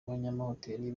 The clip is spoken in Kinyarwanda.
abanyamahoteli